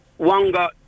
Wanga